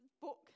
book